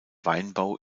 weinbau